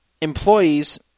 employees